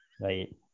Right